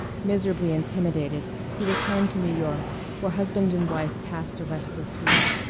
miserably intimidated, he returned to new york, where husband and wife passed a restless week.